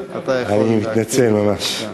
אני מתנצל ממש.